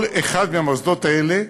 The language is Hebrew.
כל המוסדות האלה,